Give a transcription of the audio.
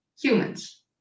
humans